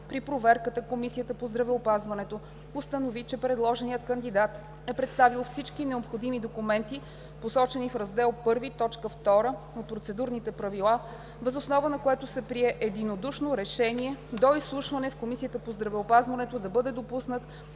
При проверката Комисията по здравеопазването установи, че предложеният кандидат e представил всички необходими документи, посочени в раздел I, т. 2 от Процедурните правила, въз основа на което се прие единодушно решение за изслушване в Комисията по здравеопазването, да бъде допуснат